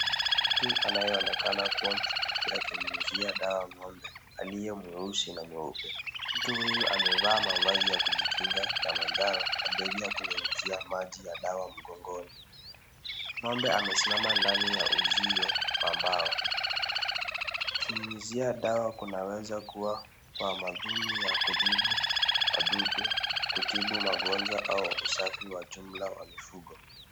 Mtu anayeonekana kuwa mfugaji akinyunyizia dawa ng'ombe, aliye mweusi na mweupe. Mtu huyu amevaa mavazi ya kujikinga ya manjano na begi ya kunyunyuzia maji ya dawa mgongoni. Ng'ombe amesimama ndani ya uzio wa mbao. Kunyunyizia dawa kunaweza kuwa kwa madhumuni ya kutibu wadudu, kutibu magonjwa au usafi wa jumla wa mifugo.